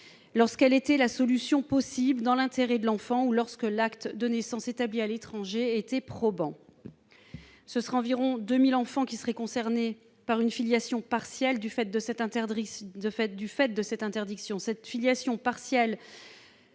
lorsqu'elle était la solution possible dans l'intérêt de l'enfant ou lorsque l'acte de naissance établi à l'étranger était probant. Environ 2 000 enfants seraient concernés par une filiation partielle du fait de cette interdiction. Cette filiation partielle